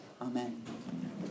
Amen